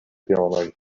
regionoj